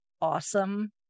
awesome